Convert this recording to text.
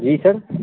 جی سر